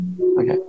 Okay